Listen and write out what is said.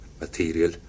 material